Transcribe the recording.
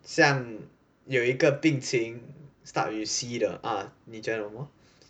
像有一个病情 start with C 的 ah 你觉得什么